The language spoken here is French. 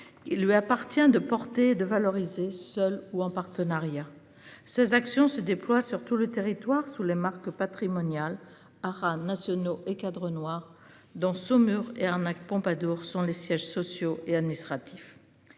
Il lui appartient de porter de valoriser, seul ou en partenariat. Ces actions se déploie sur tout le territoire sous les marques patrimonial haras nationaux et Cadre Noir dans Saumur et arnaques Pompadour sont les sièges sociaux et administratifs.